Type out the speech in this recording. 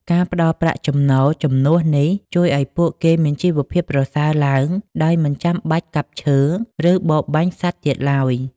ការផ្តល់ប្រាក់ចំណូលជំនួសនេះ ជួយឱ្យពួកគេមានជីវភាពប្រសើរឡើង ដោយមិនចាំបាច់កាប់ឈើ ឬបរបាញ់សត្វទៀតឡើយ។